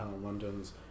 London's